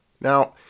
Now